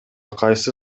кайсы